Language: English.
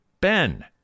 Ben